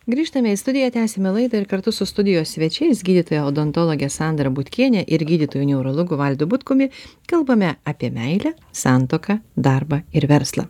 grįžtame į studiją tęsiame laidą ir kartu su studijos svečiais gydytoja odontologe sandra butkiene ir gydytoju neurologu valdu butkumi kalbame apie meilę santuoką darbą ir verslą